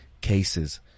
cases